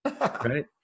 Right